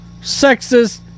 sexist